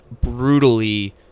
brutally